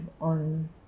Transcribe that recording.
on